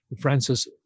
Francis